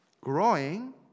Growing